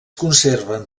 conserven